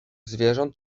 zwierząt